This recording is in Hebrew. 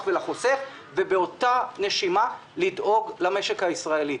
ולחוסך ובאותה נשימה לדאוג למשק הישראלי.